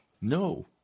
No